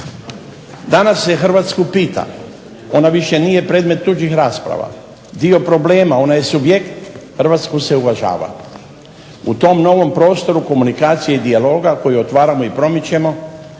Danas se Hrvatsku pita, ona više nije predmet tuđih rasprava, dio problema, ona je subjekt, Hrvatsku se uvažava. U tom novom prostoru komunikacije i dijaloga koji otvaramo i promičemo